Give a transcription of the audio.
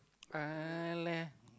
[eleh]